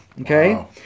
Okay